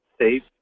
safe